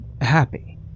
happy